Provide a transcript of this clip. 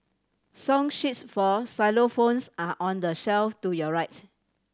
song sheets for xylophones are on the shelf to your right